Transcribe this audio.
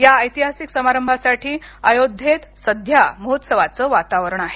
या ऐतिहासिक समारंभासाठी अयोध्येत सध्या महोत्सवाचं वातावरण आहे